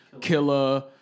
Killer